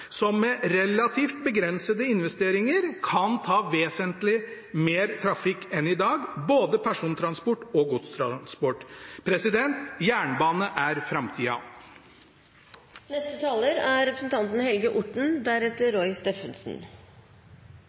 som med relativt begrensede investeringer kan ta vesentlig mer trafikk enn i dag, både persontransport og godstransport. Jernbane er framtida. Bevilgningene til vedlikehold og fornying av veiene våre er